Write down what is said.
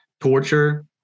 torture